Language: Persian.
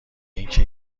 اینکه